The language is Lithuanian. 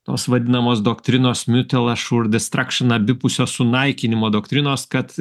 tos vadinamos doktrinos mutual assured destruction abipusio sunaikinimo doktrinos kad